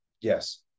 Yes